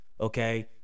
okay